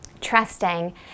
trusting